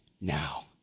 now